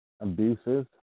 abuses